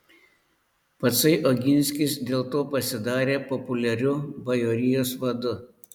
patsai oginskis dėl to pasidarė populiariu bajorijos vadu